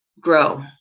grow